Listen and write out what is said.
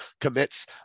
commits